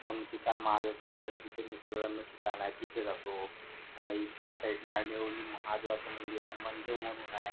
म्हणून ठिकाण महादेवाचं मंदिर आहे तिथे निसर्गरम्य ठिकाण आहे तिथे जातो आहे ह्या साइडनी आळणी रोडनी महादेवाचं मंदिर आहे मनदेव म्हणून आहे